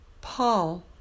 Paul